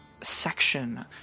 section